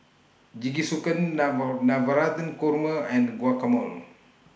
Jingisukan Navratan Korma and Guacamole